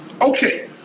Okay